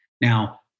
Now